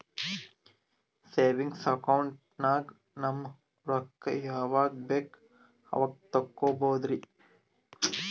savings account ನಾಗ್ ನಮ್ ರೊಕ್ಕಾ ಯಾವಾಗ ಬೇಕ್ ಅವಾಗ ತೆಕ್ಕೋಬಹುದು